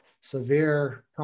severe